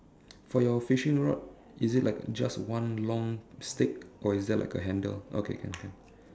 for your fishing rod is it like just one long stick or is there like a handle okay can can